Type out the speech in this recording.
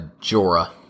Jorah